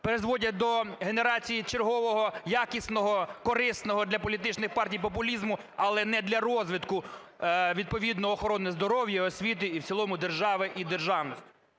призводять до генерації чергового якісного, корисного для політичних партій популізму, але не для розвитку відповідно охорони здоров'я, освіти і в цілому держави і державності.